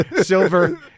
Silver